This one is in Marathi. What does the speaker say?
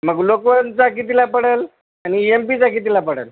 मग लोकवनचा कितीला पडेल आणि यम पीचा कितीला पडेल